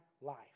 life